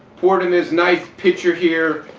pour it in this nice pitcher here.